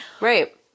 Right